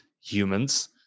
humans